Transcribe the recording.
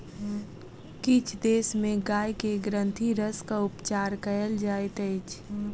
किछ देश में गाय के ग्रंथिरसक उपचार कयल जाइत अछि